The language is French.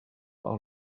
par